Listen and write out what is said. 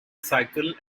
cycle